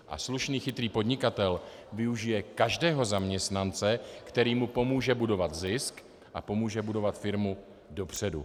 A slušný, chytrý podnikatel využije každého zaměstnance, který mu pomůže budovat zisk a pomůže budovat firmu dopředu.